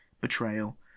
Betrayal